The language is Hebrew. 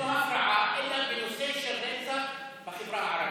הפרעה, בטח בנושא של רצח בחברה הערבית.